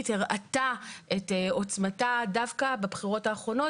הראתה את עוצמתה דווקא בבחירות האחרונות,